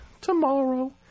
tomorrow